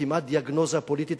כמעט דיאגנוזה פוליטית,